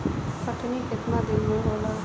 कटनी केतना दिन में होला?